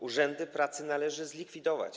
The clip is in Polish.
Urzędy pracy należy likwidować.